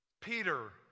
Peter